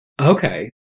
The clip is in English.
Okay